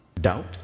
doubt